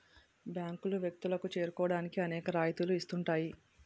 బ్యాంకులు వ్యక్తులకు చేరువవడానికి అనేక రాయితీలు ఇస్తుంటాయి